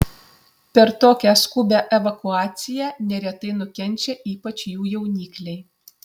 per tokią skubią evakuaciją neretai nukenčia ypač jų jaunikliai